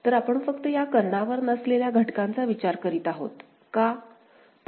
तर आपण फक्त या कर्णावर नसलेल्या घटकांचा विचार करीत आहोत